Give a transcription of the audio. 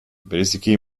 bereziki